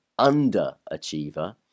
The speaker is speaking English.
underachiever